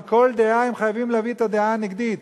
על כל דעה הם חייבים להביא את הדעה הנגדית,